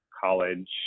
college